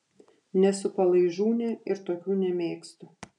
nesu palaižūnė ir tokių nemėgstu